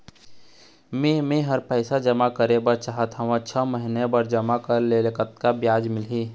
मे मेहर पैसा जमा करें बर चाहत हाव, छह महिना बर जमा करे ले कतक ब्याज मिलही?